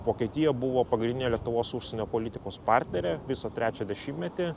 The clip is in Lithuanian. vokietija buvo pagrindinė lietuvos užsienio politikos partnere visą trečią dešimtmetį